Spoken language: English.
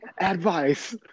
advice